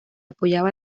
apoyaba